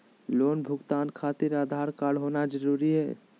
Loan भुगतान खातिर Aadhaar card होना जरूरी है?